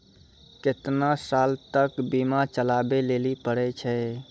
केतना साल तक बीमा चलाबै लेली पड़ै छै?